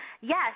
Yes